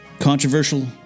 Controversial